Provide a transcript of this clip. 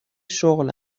شغل